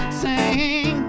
sing